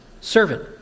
servant